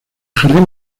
jardín